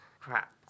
crap